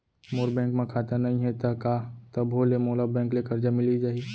मोर bank म खाता नई हे त का तभो ले मोला बैंक ले करजा मिलिस जाही?